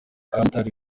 abamotari